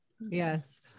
Yes